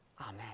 Amen